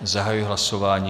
Zahajuji hlasování.